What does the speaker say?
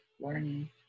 learning